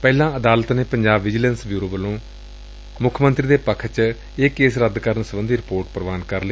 ਪਹਿਲਾਂ ਅਦਾਲਤ ਨੇ ਪੰਜਾਬ ਵਿਜੀਲੈਂਸ ਬਿਊਰੋ ਵੱਲੋਂ ਮੁੱਖ ਮੰਤਰੀ ਦੇ ਪੱਖ ਚ ਇਹ ਕੇਸ ਰੱਦ ਕਰਨ ਸਬੰਧੀ ਰਿਪੋਰਟ ਪ੍ਵਾਨ ਕਰ ਲਈ